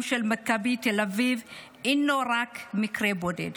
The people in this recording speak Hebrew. של מכבי תל אביב אינו רק מקרה בודד.